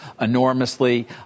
enormously